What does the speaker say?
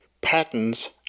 patterns